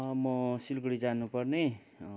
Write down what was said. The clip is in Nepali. म सिलगढी जानुपर्ने